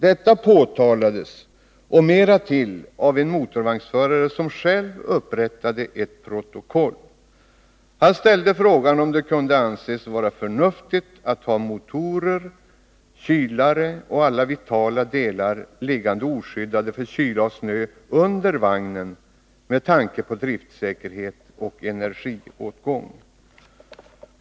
Detta och mera till påtalades av en motorvagnsförare som själv upprättade ett protokoll. Han ställde frågan, om det med tanke på driftsäkerhet och energiåtgång kunde anses vara förnuftigt att ha motorer, kylare och alla andra vitala delar liggande oskyddade för kyla och snö under vagnen.